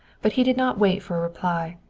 but he did not wait for a reply.